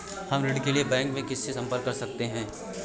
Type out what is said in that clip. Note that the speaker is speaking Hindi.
हम ऋण के लिए बैंक में किससे संपर्क कर सकते हैं?